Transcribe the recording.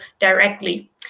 directly